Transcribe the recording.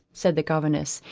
said the governess,